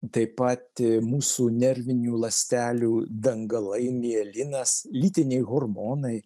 taip pat mūsų nervinių ląstelių dangalai mielinas lytiniai hormonai